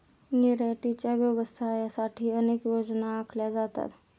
निर्यातीच्या व्यवसायासाठी अनेक योजना आखल्या जातात